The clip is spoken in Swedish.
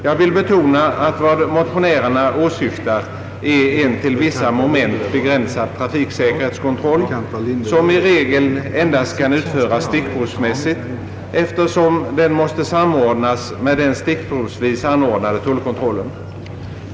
Jag vill betona att vad motionärerna åsyftar är en till vissa moment begränsad trafiksäkerhetskontroll som i regel endast kan utföras stickprovsmässigt eftersom den måste samordnas med den stickprovsvis anordnade tullkontrollen.